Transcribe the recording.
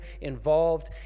involved